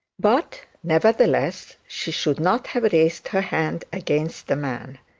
but, nevertheless, she should not have raised her hand against the man.